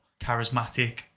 charismatic